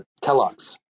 Kellogg's